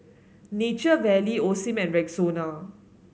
Nature Valley Osim and Rexona